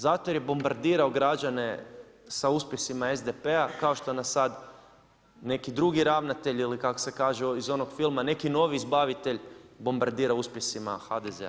Zato jer je bombardirao građane sa uspjesima SDP-a kao što nas sada neki drugi ravnatelj ili kako se kaže iz onog filma neki novi izbavitelj bombardira uspjesima HDZ-a.